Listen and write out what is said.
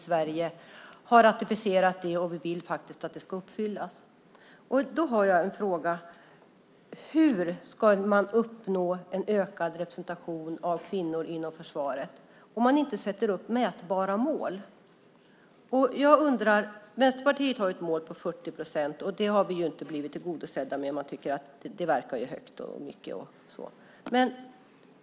Sverige har ratificerat den, och vi vill att den ska uppfyllas. Då har jag en fråga: Hur ska man uppnå en ökad representation av kvinnor inom försvaret om man inte sätter upp mätbara mål? Vänsterpartiet har ett mål på 40 procent, och det har inte blivit tillgodosett. Man tycker att det verkar högt och mycket.